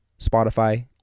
Spotify